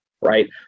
right